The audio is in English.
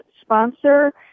sponsor